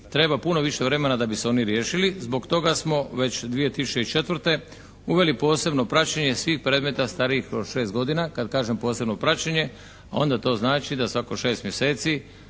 treba puno više vremena da bi se oni riješili. Zbog toga smo već 2004. uveli posebno praćenje svih predmeta starijih od 6 godina, kad kažem posebno praćenje onda to znači da svako 6 mjeseci